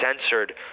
censored